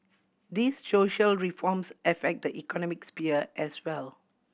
these social reforms affect the economic sphere as well